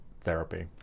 therapy